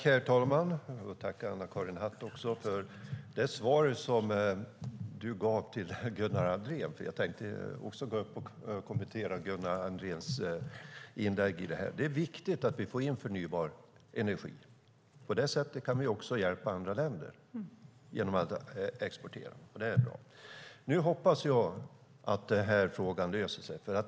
Herr talman! Jag tackar Anna-Karin Hatt för svaret till Gunnar Andrén. Jag tänkte också kommentera Gunnar Andréns inlägg. Det är viktigt att vi får in förnybar energi. Genom att exportera förnybar energi kan vi också hjälpa andra länder. Det är bra. Nu hoppas jag att frågan löses.